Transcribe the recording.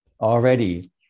already